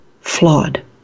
flawed